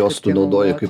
jos tu naudoji kaip